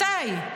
מתי?